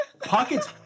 Pockets